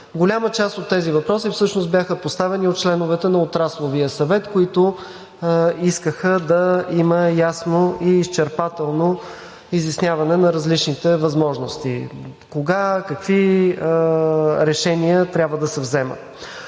Голяма част от тези въпроси всъщност бяха поставени от членовете на Отрасловия съвет, които искаха да има ясно и изчерпателно изясняване на различните възможности – кога какви решения трябва да се вземат.